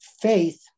Faith